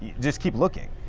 just keep looking.